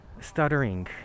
Stuttering